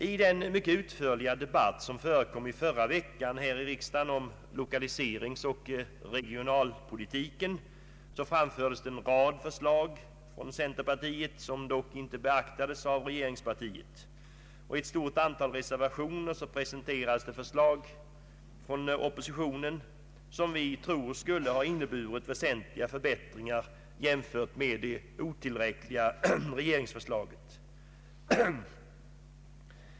I den mycket långa debatt som förekom i förra veckan här i riksdagen om lokaliseringsoch = regionalpolitiken framfördes en rad förslag från centerpartiet som dock inte beaktades av regeringspartiet. I ett stort antal reservationer presenterades från oppositionen förslag som vi tror skulle ha inneburit väsentliga förbättringar jämfört med det otillräckliga regeringsförslaget.